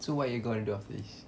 so what you're going to do after this